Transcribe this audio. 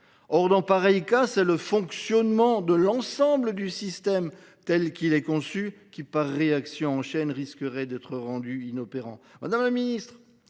or, en pareil cas, c’est le fonctionnement de l’ensemble du système tel qu’il est conçu qui, par réaction en chaîne, risque d’être rendu inopérant.